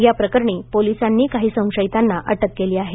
या प्रकरणी पोलिसांनी काही संशयितांना अटक केली आहे